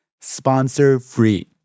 sponsor-free